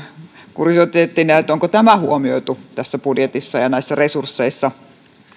kuriositeettina onko tämä huomioitu tässä budjetissa ja näissä resursseissa